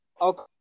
Okay